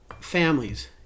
Families